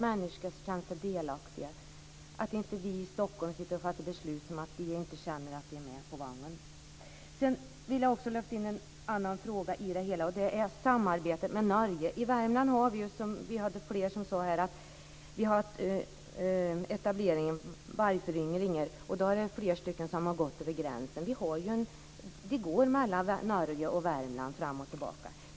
Människor ska just känna sig delaktiga, inte att vi i Stockholm sitter och fattar beslut så att de inte känner att de är med på vagnen. Jag vill också lyfta in en annan fråga i det hela, och det är samarbetet med Norge. I Värmland har vi haft en vargföryngring, och flera har gått över gränsen; de går mellan Norge och Värmland fram och tillbaka.